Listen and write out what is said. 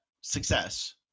success